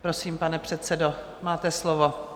Prosím, pane předsedo, máte slovo.